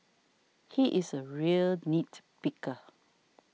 he is a real nit picker